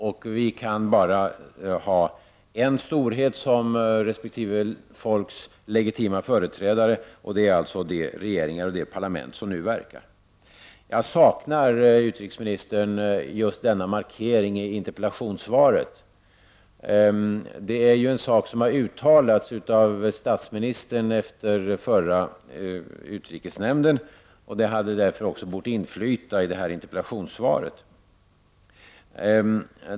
Det går bara att ha en storhet som resp. folks legitima företrädare, och det är alltså de parlament och regeringar som nu verkar. Jag saknar, utrikesministern, just denna markering i interpellationssvaret. Detta är något som statsministern sade efter det förra mötet i utrikesnämnden. Det hade därför också bort inflyta i det här interpellationssvaret.